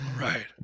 Right